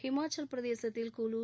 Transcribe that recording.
ஹிமாச்சல பிரதேசத்தில் குலு